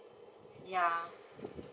ya